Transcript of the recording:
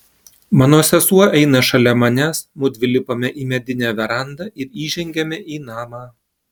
mano sesuo eina šalia manęs mudvi lipame į medinę verandą ir įžengiame į namą